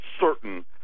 certain